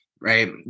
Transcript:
right